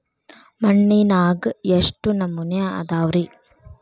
ಮಣ್ಣಿನಾಗ ಎಷ್ಟು ನಮೂನೆ ಅದಾವ ರಿ?